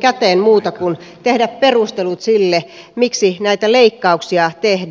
käteen enää muuta kuin tehdä perustelut sille miksi näitä leikkauksia tehdään